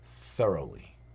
thoroughly